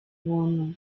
buntu